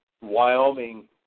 Wyoming